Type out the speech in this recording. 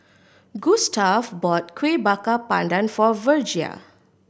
Gustav bought Kuih Bakar Pandan for Virgia